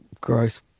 gross